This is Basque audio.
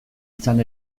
izan